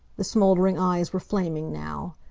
the smoldering eyes were flaming now.